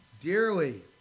dearly